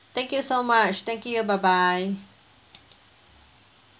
thank you so much thank you bye bye